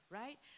right